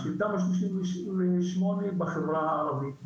של תמ"א 38 בחברה הערבית בכלל.